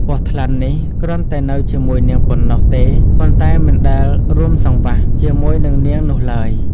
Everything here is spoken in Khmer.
ពស់ថ្លាន់នេះគ្រាន់តែនៅជាមួយនាងប៉ុណ្ណោះទេ ប៉ុន្ដែមិនដែលរួមសង្វាស់ ជាមួយនិងនាងនោះឡើយ។